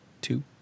two